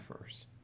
first